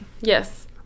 Yes